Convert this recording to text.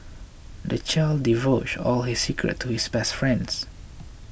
the child divulged all his secrets to his best friends